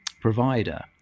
provider